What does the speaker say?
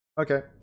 Okay